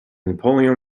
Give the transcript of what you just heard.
napoleon